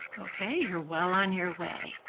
okay? you're well on your way.